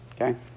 Okay